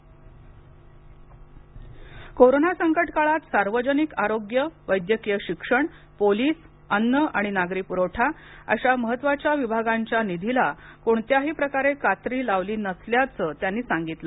corona संकटकाळात सार्वजनिक आरोग्य वैद्यकीय शिक्षण पोलिस अन्न आणि नागरी पुरवठा अशा महत्वाच्या विभागांच्या निधीला कोणत्याही प्रकारे कात्री लावली नसल्याचं त्यांनी सांगितलं